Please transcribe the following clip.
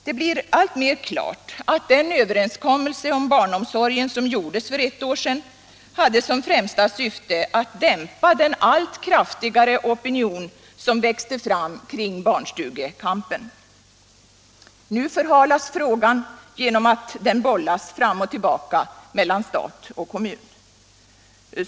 Det blir alltmer klart att den överenskommelse om barnomsorgen som gjordes för ett år sedan hade som främsta syfte att dämpa den allt kraftigare opinion som växte fram kring barnstugekampen. Nu förhalas frågan genom att den bollas fram och tillbaka mellan stat och kommun.